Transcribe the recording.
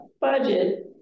budget